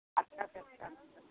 अच्छा से अच्छा